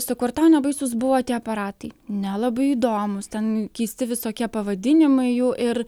sakau ar ten baisūs buvo tie aparatai ne labai įdomūs ten keisti visokie pavadinimai jų ir